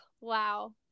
Wow